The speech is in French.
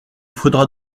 faudra